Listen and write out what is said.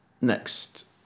next